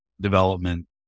development